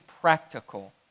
practical